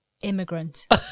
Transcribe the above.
Immigrant